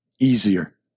easier